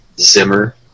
Zimmer